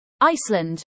Iceland